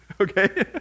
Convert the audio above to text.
okay